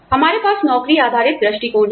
हमारे पास नौकरी आधारित दृष्टिकोण हैं